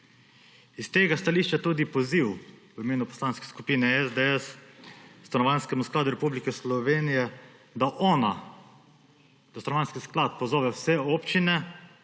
Iz tega stališča tudi poziv v imenu Poslanske skupine SDS Stanovanjskemu skladu Republike Slovenije, da Stanovanjski sklad pozove vse občine,